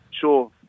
sure